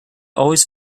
always